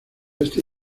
este